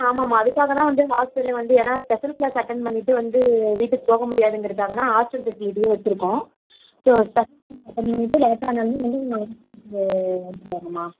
ஆமாம்மா அதுக்காக தான் வந்து ஹாஸ்டலே வந்து ஏன்னா ஸ்பெஷல் கிளாஸ் அட்டெண்ட் பண்ணிவிட்டு வந்து வீட்டுக்கு போக முடியாதுங்கறதுக்காக தான் ஹாஸ்டல் ஃபெசிலிட்டியே வச்சிருக்கோம் ஸோ ஸ்பெஷல் கிளாஸ் அட்டெண்ட் பண்ணிவிட்டு லேட்டானாலுமே வந்து அவங்க ஹாஸ்டலுக்கு வந்துவிடுவாங்கம்மா